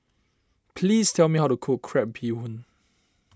please tell me how to cook Crab Bee Hoon